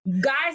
guys